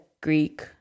Greek